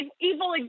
evil